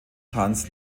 tanz